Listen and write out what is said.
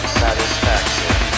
satisfaction